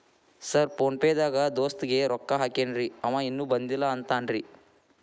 Sir PhonePe ದಾಗ ದೋಸ್ತ್ ಗೆ ರೊಕ್ಕಾ ಹಾಕೇನ್ರಿ ಅಂವ ಇನ್ನು ಬಂದಿಲ್ಲಾ ಅಂತಾನ್ರೇ?